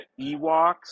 Ewoks